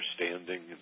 understanding